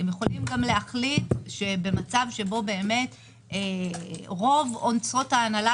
אתם יכולים גם להחליט שבמצב שבו רוב הוצאות ההנהלה,